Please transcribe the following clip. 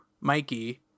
Mikey